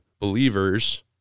believers